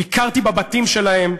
ביקרתי בבתים שלהם,